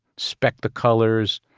specked the colors.